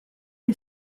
who